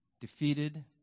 Defeated